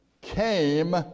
came